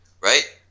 right